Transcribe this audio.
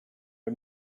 are